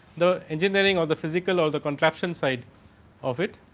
the engineering all the physical all the contraction site of it.